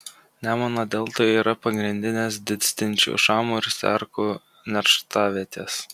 nemuno deltoje yra pagrindinės didstinčių šamų ir sterkų nerštavietės